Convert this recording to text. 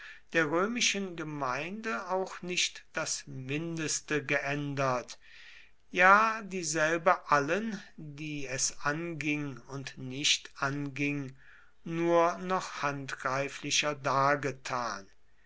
der römischen gemeinde auch nicht das mindeste geändert ja dieselbe allen die es anging und nicht anging nur noch handgreiflicher dargetan